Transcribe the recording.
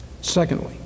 Secondly